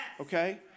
Okay